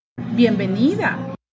Bienvenida